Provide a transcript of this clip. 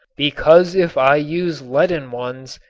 because if i use leaden ones,